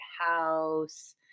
house